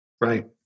Right